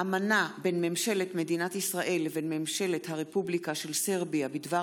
אמנה בין ממשלת מדינת ישראל לבין ממשלת הרפובליקה של סרביה בדבר